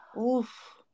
Oof